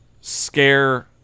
scare